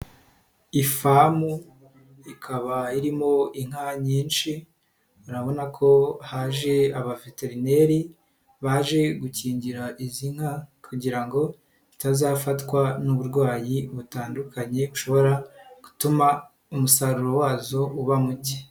Ifamu ikaba irimo inka nyinshi, urabona ko haje abaveterineri, baje gukingira izi nka kugira ngo zitazafatwa n'uburwayi butandukanye bushobora gutuma umusaruro wazo uba muke.